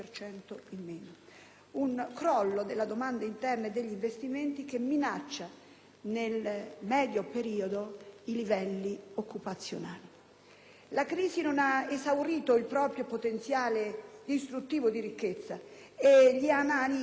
un crollo della domanda interna e degli investimenti che minaccia, nel medio periodo, i livelli occupazionali. La crisi non ha esaurito il proprio potenziale distruttivo di ricchezza, e gli analisti, pur